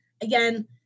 again